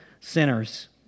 sinners